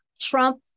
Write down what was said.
Trump